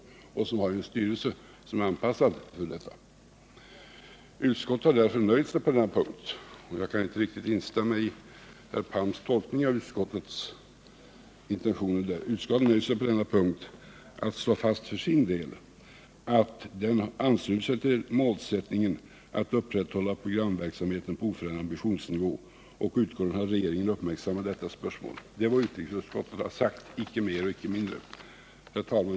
Bolaget har ju också en styrelse som är anpassad härför. Utskottet har därför nöjt sig med att återge vad som förevarit på denna punkt. Jag kan inte riktigt instämma i herr Palms tolkning av utskottets intentioner. Utskottet inskränker sig till att för sin del slå fast att det ansluter sig till målsättningen att upprätthålla programverksamheten på oförändrad ambitionsnivå och utgår ifrån att regeringen uppmärksammar detta spörsmål. Detta är vad utrikesutskottet har sagt — icke mer och icke mindre. Herr talman!